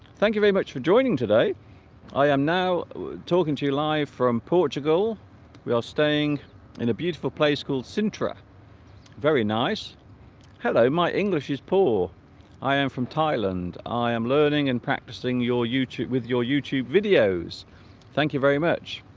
thank you very much for joining today i am now talking to you live from portugal we are staying in a beautiful place called sintra very nice hello my english is poor i am from thailand i am learning and practicing your youtube with your youtube videos thank you very much